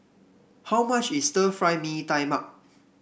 how much is Stir Fry Mee Tai Mak